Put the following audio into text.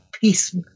peace